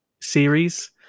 series